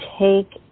take